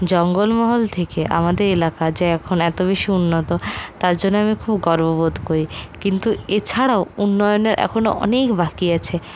জঙ্গল মহল থেকে আমাদের এলাকা যে এখন এত বেশি উন্নত তার জন্য আমি খুব গর্ব বোধ করি কিন্তু এছাড়াও উন্নয়নের এখনও অনেক বাকি আছে